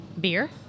Beer